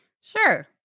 Sure